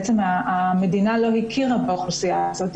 המדינה לא הכירה באוכלוסייה הזאת,